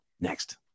Next